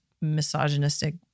misogynistic